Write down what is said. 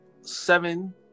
seven